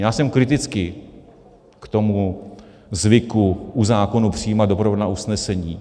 Já jsem kritický k tomu zvyku u zákonů přijímat doprovodná usnesení.